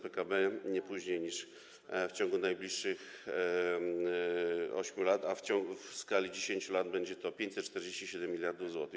PKB nie później niż w ciągu najbliższych 8 lat, a w skali 10 lat będzie to 547 mld zł.